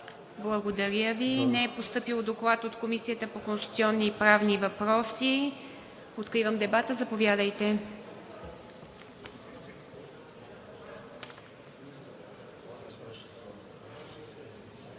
ИВА МИТЕВА: Не е постъпил доклад от Комисията по конституционни и правни въпроси. Откривам дебата. Заповядайте,